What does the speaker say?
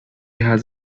has